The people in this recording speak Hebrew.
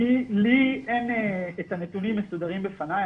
לי אין את הנתונים מסודרים בפניי.